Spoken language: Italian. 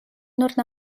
nord